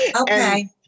Okay